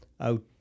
out